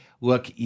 look